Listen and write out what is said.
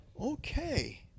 okay